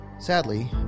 Sadly